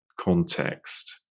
context